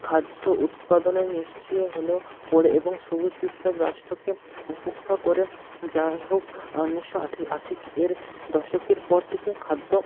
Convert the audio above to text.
খাদ্য উৎপাদনে নিশ্চিৎ হলো পরে এবং সবুজ বিপ্লব রাষ্ট্রকে উপেক্ষা করে যাই হোক উনিশশো আশি এর দশকের পর থেকে খাদ্য